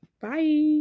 bye